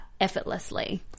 effortlessly